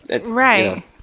Right